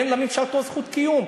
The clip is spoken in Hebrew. אין לממשל כל זכות קיום.